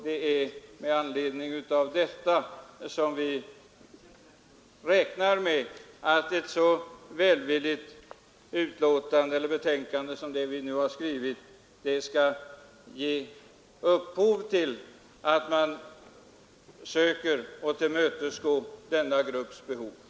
Det är med anledning härav som vi ”räknar med” att ett så välvilligt betänkande som det utskottet nu har skrivit skall leda till att man söker tillmötesgå denna grupps önskningar och behov.